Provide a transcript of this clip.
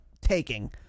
taking